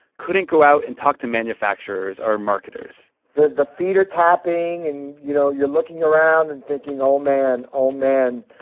couldn't go out and talk to manufacturers or marketers the the feet are tapping. and, you know, you're looking around and thinking, oh, man, oh, man.